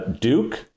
Duke